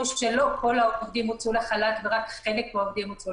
שלא כל העובדים הוצאו לחל"ת אלא רק חלק מהעובדים הוצאו